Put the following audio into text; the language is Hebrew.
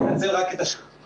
את השאלה